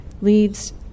leads